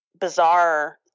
bizarre